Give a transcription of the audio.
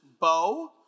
Bo